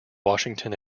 washington